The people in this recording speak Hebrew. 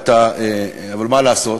אבל מה לעשות,